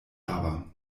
aber